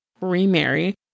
remarry